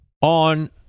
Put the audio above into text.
on